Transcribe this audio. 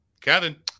Kevin